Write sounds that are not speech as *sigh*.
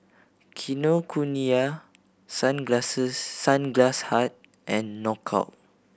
Kinokuniya *unintelligible* Sunglass Hut and Knockout